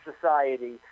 society